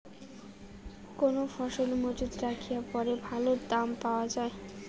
কোন ফসল মুজুত রাখিয়া পরে ভালো দাম পাওয়া যায়?